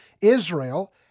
Israel